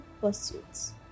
pursuits